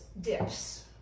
dips